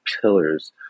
pillars